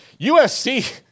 USC –